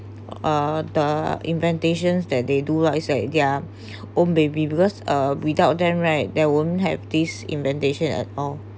uh the inventations that they do lah it's like their own baby because uh without them right there won't have this inventation at all